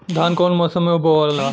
धान कौने मौसम मे बोआला?